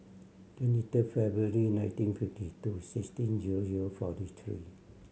twenty third February nineteen fifty two sixteen zero zero forty three